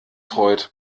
freut